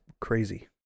crazy